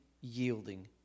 yielding